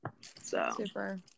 Super